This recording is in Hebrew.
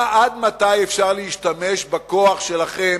עד מתי אפשר להשתמש בכוח שלכם,